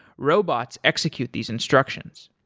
robots execute these instructions.